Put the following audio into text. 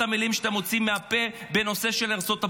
המילים שאתם מוציאים מהפה בנושא של ארצות הברית.